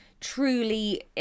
truly